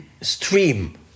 stream